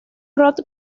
rock